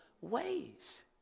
ways